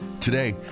Today